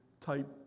type